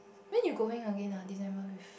when you going again ah December with